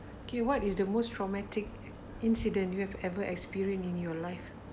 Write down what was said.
okay what is the most traumatic incident you have ever experience in your life